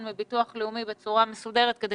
על-ידי הביטוח הלאומי בצורה מסודרת כדי